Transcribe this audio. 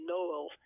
Noel